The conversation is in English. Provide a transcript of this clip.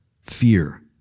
Fear